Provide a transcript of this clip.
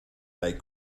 they